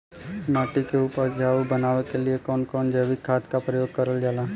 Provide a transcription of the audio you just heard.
माटी के उपजाऊ बनाने के लिए कौन कौन जैविक खाद का प्रयोग करल जाला?